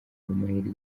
amahirwe